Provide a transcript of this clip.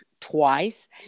twice